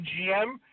GM